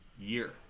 year